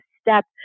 step